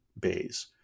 bays